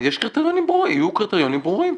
יהיו קריטריונים ברורים.